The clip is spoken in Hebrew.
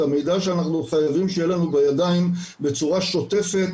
המידע שאנחנו חייבים שיהיה לנו בידיים בצורה שוטפת,